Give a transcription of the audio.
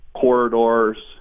corridors